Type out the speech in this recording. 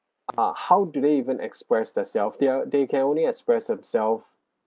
uh how do they even expressed themselves they're they can only express themselves